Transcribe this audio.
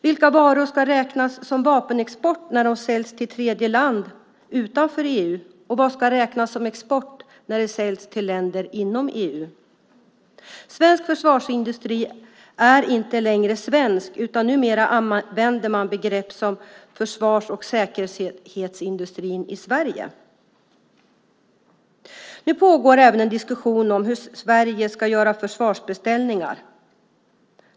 Vilka varor ska räknas som vapenexport när de säljs till tredjeland, utanför EU, och vad ska räknas som export när det säljs till länder inom EU? Svensk försvarsindustri är inte längre svensk, utan numera använder man begrepp som försvars och säkerhetsindustrin i Sverige. Nu pågår även en diskussion om hur Sverige ska göra försvarsbeställningar.